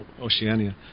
Oceania